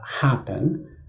happen